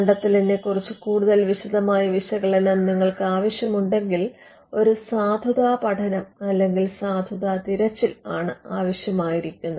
കണ്ടെത്തലിനെ കുറിച്ച് കൂടുതൽ വിശദമായ വിശകലനം നിങ്ങൾക്ക് ആവശ്യമുണ്ടെങ്കിൽ ഒരു സാധുതാ പഠനം അല്ലെങ്കിൽ സാധുതാ തിരച്ചിൽ ആണ് ആവശ്യമായിരിക്കുന്നത്